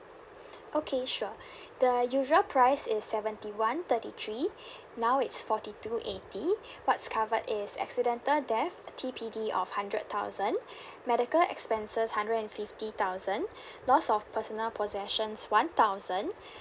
okay sure the usual price is seventy one thirty three now it's forty two eighty what's covered is accidental death T_P_D of hundred thousand medical expenses hundred and fifty thousand loss of personal possessions one thousand